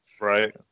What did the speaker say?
Right